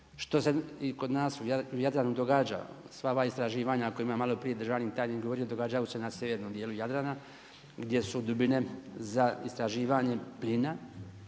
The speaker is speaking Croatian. što se i kod nas u Jadranu događa, sva ova istraživanja o kojima je malo prije državni tajnik govorio, događaju se na sjevernom dijelu Jadrana gdje su dubine za istraživanje plina.